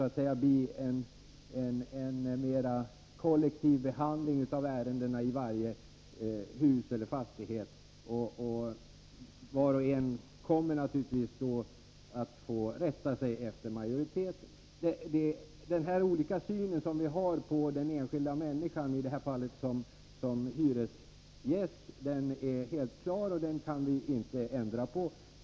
Det blir en mera kollektiv behandling av ärendena i varje hus eller fastighet, och var och en får naturligtvis rätta sig efter majoriteten. Den olika syn vi har på den enskilda människan, i detta fall som hyresgäst, är helt klar, och den kan vi inte ändra på.